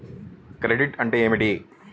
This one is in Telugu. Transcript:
క్రెడిట్ అంటే ఏమిటి?